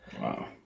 wow